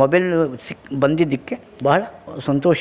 mobile ಸಿಕ್ಕಿ ಬಂದಿದಕ್ಕೆ ಬಹಳ ಸಂತೋಷ